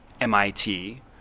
MIT